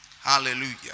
hallelujah